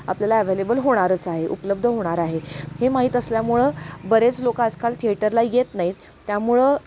आपल्याला ॲवेलेबल होणारच आहे उपलब्ध होणार आहे हे माहीत असल्यामुळं बरेच लोक आजकाल थिएटरला येत नाहीत त्यामुळं